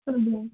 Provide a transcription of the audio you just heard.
हजुर